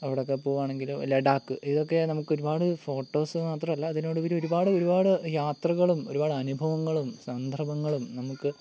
അവിടെ ഒക്കെ പോകുവാണെങ്കിലോ ലഡാഖ് ഇതൊക്കെ നമുക്കൊരുപാട് ഫോട്ടോസ് മാത്രമല്ല അതിനോടുപരി ഒരുപാട് ഒരുപാട് യാത്രകളും ഒരുപാട് അനുഭവങ്ങളും സന്ദർഭങ്ങളും നമുക്ക്